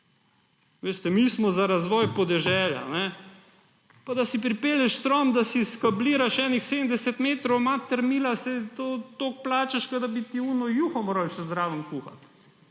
Veste, mi smo za razvoj podeželja, pa da si pripelješ štrom, da si skabliraš nekih 70 metrov, mati mila, saj to toliko plačaš, kot da bi ti še tisto juho morali zraven kuhati.